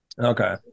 Okay